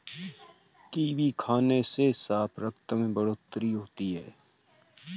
kiwi खाने से साफ रक्त में बढ़ोतरी होती है